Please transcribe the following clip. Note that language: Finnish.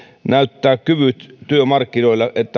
näyttää kyvyt työmarkkinoilla